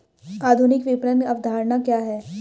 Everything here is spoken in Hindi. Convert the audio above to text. आधुनिक विपणन अवधारणा क्या है?